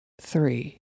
three